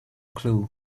clue